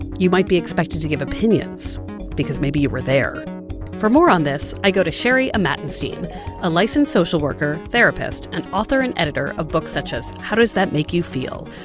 you might be expected to give opinions because maybe you were there for more on this, i go to sherry amatenstein a licensed social worker, therapist and author and editor of books such as how does that make you feel?